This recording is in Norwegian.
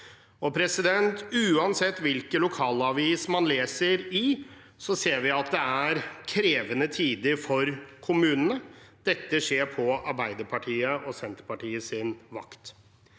kommuner. Uansett hvilken lokalavis man leser i, ser vi at det er krevende tider for kommunene. Dette skjer på Arbeiderpartiet og Senterpartiets vakt.